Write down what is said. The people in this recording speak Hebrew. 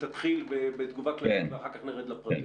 תתחיל בתגובה כללית ואחר כך נרד לפרטים.